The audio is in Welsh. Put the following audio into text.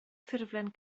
ffurflen